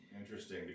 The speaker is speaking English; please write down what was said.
Interesting